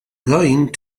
going